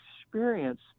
experience